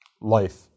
life